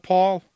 Paul